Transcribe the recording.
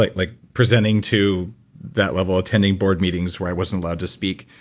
like like presenting to that level attending board meetings where i wasn't allowed to speak.